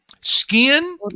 Skin